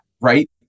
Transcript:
right